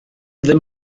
ddim